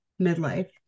midlife